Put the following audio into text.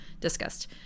discussed